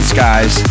Skies